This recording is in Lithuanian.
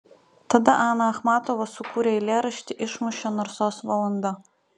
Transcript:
tada ana achmatova sukūrė eilėraštį išmušė narsos valanda